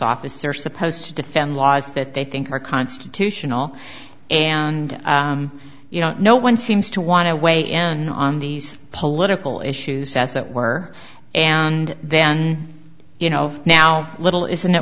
office are supposed to defend laws that they think are constitutional and you know no one seems to want to weigh n on these political issues that's not where and then you know now little isn't that